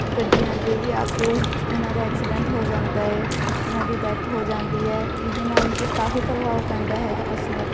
ਗੱਡੀਆਂ ਅੱਗੇ ਵੀ ਆ ਕੇ ਉਹਨਾਂ ਦਾ ਐਕਸੀਡੈਂਟ ਹੋ ਜਾਂਦਾ ਏ ਉਹਨਾਂ ਦੀ ਦੈਥ ਹੋ ਜਾਂਦੀ ਹੈ ਇਹਦੇ ਨਾਲ ਮਤਲਬ ਕਾਫੀ ਪ੍ਰਭਾਵ ਪੈਂਦਾ ਹੈਗਾ ਪਸ਼ੂਆਂ 'ਤੇ